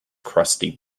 crusty